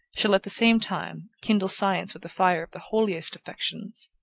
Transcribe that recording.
shall, at the same time, kindle science with the fire of the holiest affections,